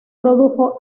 produjo